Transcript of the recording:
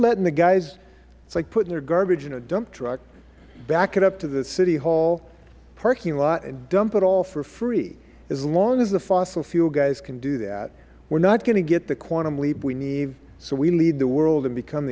letting the guys it is like putting their garbage in a dump truck back it up to the city hall parking lot and dump it all for free as long as the fossil fuel guys can do that we are not going to get the quantum leap we need so we lead the world and become